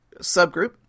subgroup